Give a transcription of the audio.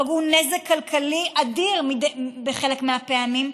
גרמו נזק כלכלי אדיר בחלק מהפעמים,